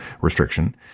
restriction